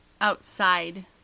outside